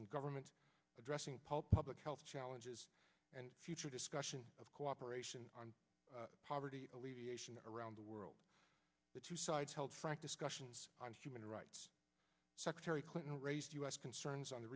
and governments addressing public health challenges and future discussion of cooperation on poverty alleviation around the world the two sides held frank discussions on human rights secretary clinton raised u s concerns on the